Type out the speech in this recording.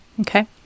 okay